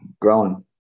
growing